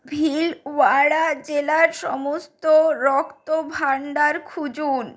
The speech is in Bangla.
ভিলওয়ারা জেলার সমস্ত রক্তভাণ্ডার খুঁজুন